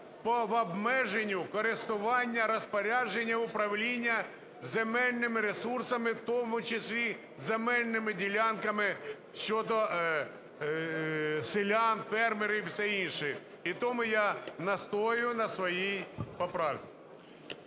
по обмеженню користування, розпорядження, управління земельними ресурсами, в тому числі земельними ділянками щодо селян, фермерів, все інше. І тому я настоюю на своїй поправці.